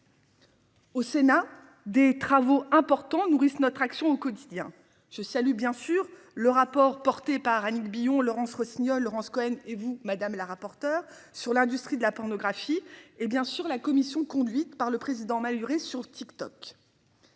Au Sénat, des travaux importants nourrissent notre action au quotidien. Je salue bien sûr le rapport porté par Annick Billon Laurence Rossignol, Laurence Cohen, et vous madame la rapporteure sur l'industrie de la pornographie et bien sûr la commission conduite par le président Maluret sur TikTok.